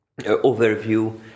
overview